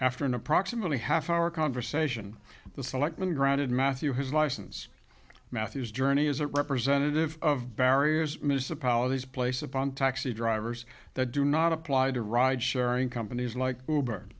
after an approximately half hour conversation the selectmen granted matthew his license matthews journey as a representative of barriers mr polities place upon taxi drivers that do not apply to ride sharing companies like